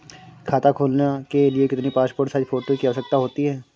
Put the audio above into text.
खाता खोलना के लिए कितनी पासपोर्ट साइज फोटो की आवश्यकता होती है?